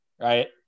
Right